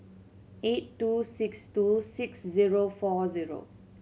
eight two six two six zero four zero